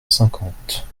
cinquante